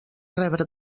rebre